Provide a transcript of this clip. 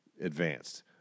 advanced